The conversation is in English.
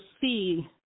see –